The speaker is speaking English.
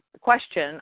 question